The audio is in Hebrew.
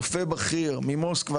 רופא בכיר ממוסקבה,